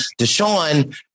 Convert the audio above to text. Deshaun